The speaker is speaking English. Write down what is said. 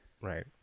Right